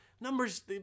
numbers